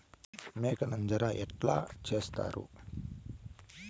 మేక నంజర ఎట్లా సేస్తారు?